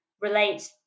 relate